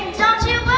don't you